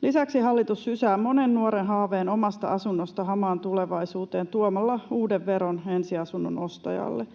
Lisäksi hallitus sysää monen nuoren haaveen omasta asunnosta hamaan tulevaisuuteen tuomalla uuden veron ensiasunnon ostajalle.